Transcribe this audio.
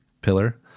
pillar